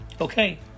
Okay